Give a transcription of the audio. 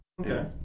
Okay